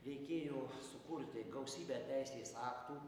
reikėjo sukurti gausybę teisės aktų